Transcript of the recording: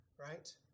Right